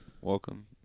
welcome